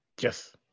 Yes